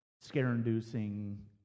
scare-inducing